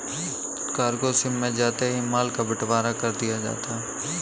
cargo ship में जाते ही माल का बंटवारा कर दिया जाता है